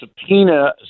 subpoena